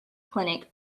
clinic